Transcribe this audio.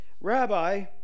Rabbi